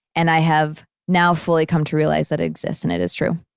and i have now fully come to realize that it exists and it is true.